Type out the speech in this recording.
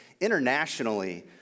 internationally